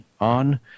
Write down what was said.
on